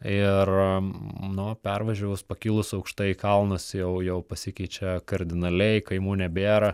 ir nu pervažiavus pakilus aukštai kalnas jau jau pasikeičia kardinaliai kaimų nebėra